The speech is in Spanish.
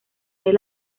del